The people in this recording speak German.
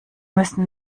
müssen